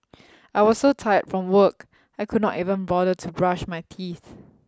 I was so tired from work I could not even bother to brush my teeth